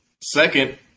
Second